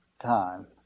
Time